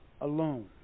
alone